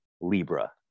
Libra